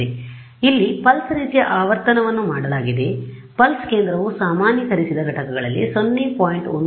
ಆದ್ದರಿಂದ ಇಲ್ಲಿ ಪಲ್ಸ್ ರೀತಿಯ ಆವರ್ತನವನ್ನು ಮಾಡಲಾಗಿದೆ ಆದ್ದರಿಂದ ಪಲ್ಸ್ ಕೇಂದ್ರವು ಸಾಮಾನ್ಯೀಕರಿಸಿದ ಘಟಕಗಳಲ್ಲಿ 0